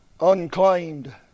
unclaimed